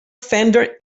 fender